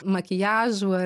makiažų ar